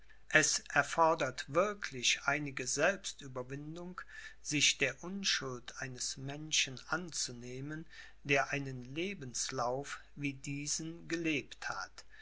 es erfordert wirklich einige selbstüberwindung sich der unschuld eines menschen anzunehmen der einen lebenslauf wie diesen gelebt hat